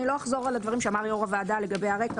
אני לא אחזור על הדברים שאמר יו"ר הוועדה לגבי הרקע